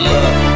Love